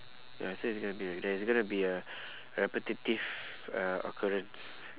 ya so it's gonna be like there's gonna be a repetitive uh occurrence